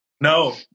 No